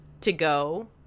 to-go